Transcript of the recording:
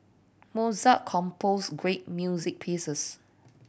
Mozart composed great music pieces